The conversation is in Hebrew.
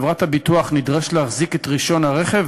חברת הביטוח נדרשת להחזיק את רישיון הרכב,